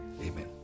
Amen